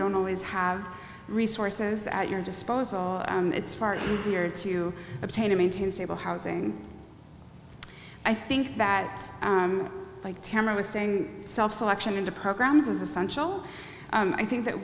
don't always have resources at your disposal it's far easier to obtain to maintain stable housing i think that like tamar was saying self selection into programs is essential i think that